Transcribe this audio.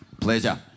Pleasure